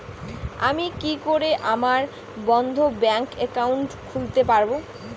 আমি কি করে আমার বন্ধ ব্যাংক একাউন্ট খুলতে পারবো?